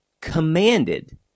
commanded